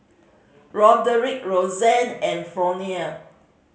Roderic Rozanne and Fronia